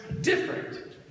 different